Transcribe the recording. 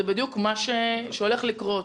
זה בדיוק מה שהולך לקרות.